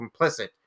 complicit